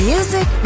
Music